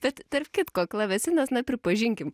tad tarp kitko klavesinas na pripažinkim